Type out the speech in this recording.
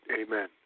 Amen